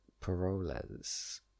Paroles